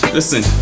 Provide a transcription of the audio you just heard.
Listen